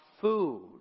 food